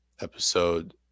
episode